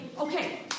okay